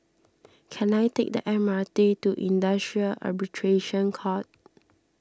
can I take the M R T to Industrial Arbitration Court